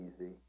easy